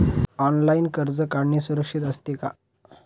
Online कर्ज काढणे सुरक्षित असते का?